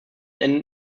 endet